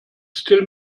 still